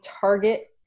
target